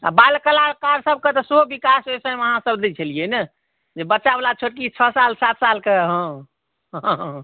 बाल कलाकार सबके तऽ सेहो विकास ओहि समय मे अहाँ सब दै छलियै ने जे बच्चा वला छोटकी छओ साल सात साल के हॅं